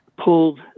pulled